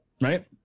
right